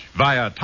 via